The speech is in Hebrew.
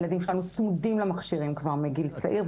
הילדים שלנו צמודים למכשירים כבר בגיל צעיר,